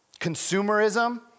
Consumerism